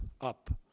up